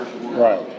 Right